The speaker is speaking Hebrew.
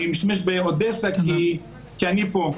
אני משתמש באודסה, כי אני פה.